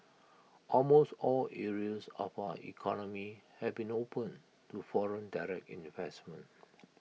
almost all areas of our economy have been opened to foreign direct investment